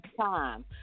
time